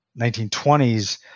1920s